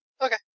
Okay